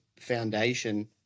foundation